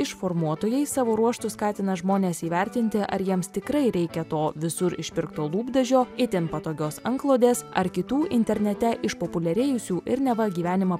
išformuotojai savo ruožtu skatina žmones įvertinti ar jiems tikrai reikia to visur išpirkto lūpdažio itin patogios antklodės ar kitų internete išpopuliarėjusių ir neva gyvenimą